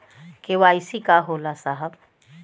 KYC का होला साहब?